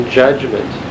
judgment